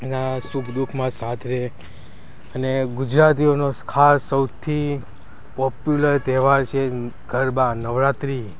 સુખ દુઃખમાં સાથ રહે અને ગુજરાતીઓનો ખાસ સૌથી પોપ્યુલર તહેવાર છે ગરબા નવરાત્રી